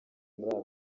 muri